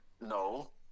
no